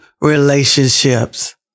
relationships